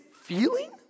feeling